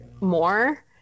more